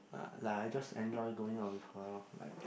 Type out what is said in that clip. uh like I just enjoy going out with her lor like